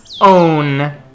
own